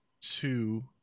two